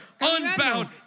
unbound